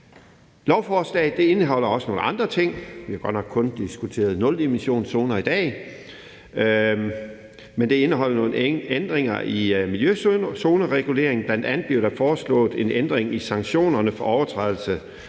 Lovforslaget indeholder også nogle andre ting. Vi har godt nok kun diskuteret nulemissionszoner i dag, men det indeholder også nogle ændringer i miljøzonereguleringen. Bl.a. bliver der foreslået en ændring i sanktionerne for overtrædelse